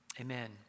amen